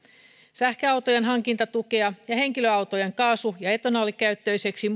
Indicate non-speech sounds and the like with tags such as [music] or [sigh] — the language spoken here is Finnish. sähköautojen hankintatukea ja henkilöautojen kaasu ja etanolikäyttöiseksi [unintelligible]